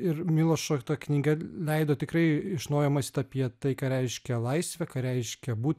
ir milošo knyga leido tikrai iš naujo mąstyt apie tai ką reiškia laisvė ką reiškia būt